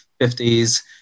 50s